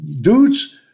dudes